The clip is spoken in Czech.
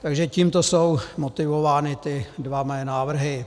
Takže tímto jsou motivovány ty dva moje návrhy.